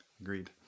agreed